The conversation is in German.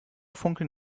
funkeln